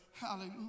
Hallelujah